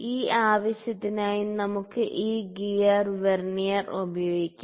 ഈ ആവശ്യത്തിനായി നമുക്ക് ഈ ഗിയർ വെർനിയർ ഉപയോഗിക്കാം